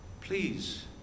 Please